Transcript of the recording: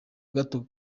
gato